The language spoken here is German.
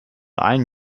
ein